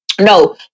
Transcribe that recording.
No